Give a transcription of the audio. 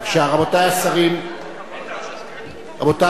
רבותי השרים, רבותי.